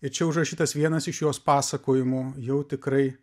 ir čia užrašytas vienas iš jos pasakojimų jau tikrai